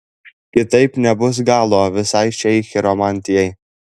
kitaip nebus galo visai šiai chiromantijai